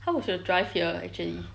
how was your drive here actually